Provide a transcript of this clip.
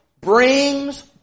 brings